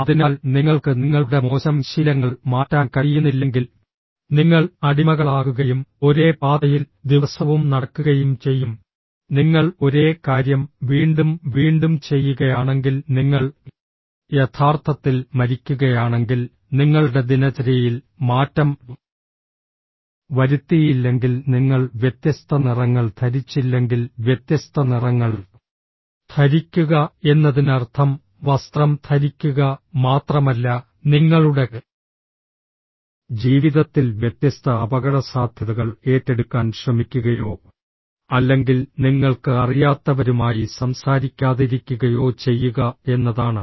അതിനാൽ നിങ്ങൾക്ക് നിങ്ങളുടെ മോശം ശീലങ്ങൾ മാറ്റാൻ കഴിയുന്നില്ലെങ്കിൽ നിങ്ങൾ അടിമകളാകുകയും ഒരേ പാതയിൽ ദിവസവും നടക്കുകയും ചെയ്യും നിങ്ങൾ ഒരേ കാര്യം വീണ്ടും വീണ്ടും ചെയ്യുകയാണെങ്കിൽ നിങ്ങൾ യഥാർത്ഥത്തിൽ മരിക്കുകയാണെങ്കിൽ നിങ്ങളുടെ ദിനചര്യയിൽ മാറ്റം വരുത്തിയില്ലെങ്കിൽ നിങ്ങൾ വ്യത്യസ്ത നിറങ്ങൾ ധരിച്ചില്ലെങ്കിൽ വ്യത്യസ്ത നിറങ്ങൾ ധരിക്കുക എന്നതിനർത്ഥം വസ്ത്രം ധരിക്കുക മാത്രമല്ല നിങ്ങളുടെ ജീവിതത്തിൽ വ്യത്യസ്ത അപകടസാധ്യതകൾ ഏറ്റെടുക്കാൻ ശ്രമിക്കുകയോ അല്ലെങ്കിൽ നിങ്ങൾക്ക് അറിയാത്തവരുമായി സംസാരിക്കാതിരിക്കുകയോ ചെയ്യുക എന്നതാണ്